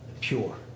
pure